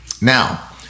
Now